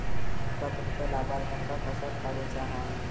तुमका तुमच्या लाभार्थ्यांका कशाक काढुचा हा?